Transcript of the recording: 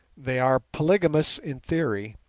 they are polygamous in theory,